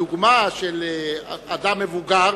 בדוגמה של אדם מבוגר